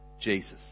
Jesus